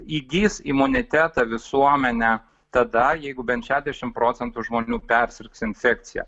įgis imunitetą visuomenė tada jeigu bent šešiasdešimt procentų žmonių persirgs infekcija